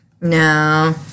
No